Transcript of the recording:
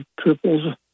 triples